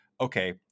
okay